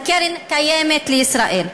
קרן קיימת לישראל.